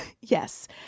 yes